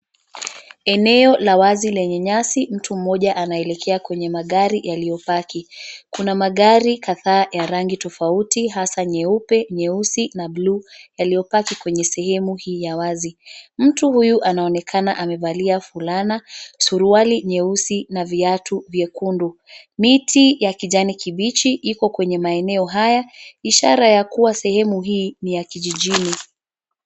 Eneo la wazi lenye nyasi, mtu mmoja anaelekea kwenye magari yaliyopaki. Kuna magari kadhaa ya rangi tofauti hasa nyeupe, nyeusi na bluu yaliyopaki kwenye sehemu hii ya wazi. Mtu huyu anaonekana amevalia fulana, suruali nyeusi na viatu vyekundu. Miti ya kijani kibichi iko kwenye maeneo haya ishara ya kuwa sehemu hii ni ya kijijini.